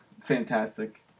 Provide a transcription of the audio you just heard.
fantastic